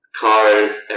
cars